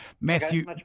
Matthew